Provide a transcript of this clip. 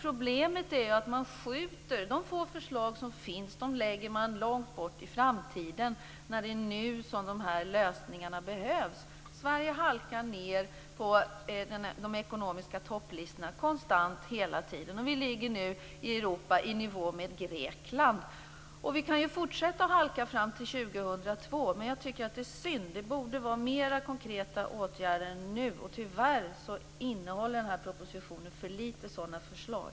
Problemet är att de få förslag som förs fram förläggs långt bort i framtiden, när det är nu som de här lösningarna behövs. Sverige halkar ned på de ekonomiska topplistorna konstant hela tiden. Vi ligger nu i nivå med Grekland. Vi kan fortsätta att halka ned fram till 2002, men jag tycker att det är synd. Det borde vara mer av konkreta åtgärder nu. Tyvärr innehåller den här propositionen för lite av sådana förslag.